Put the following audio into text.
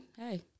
hey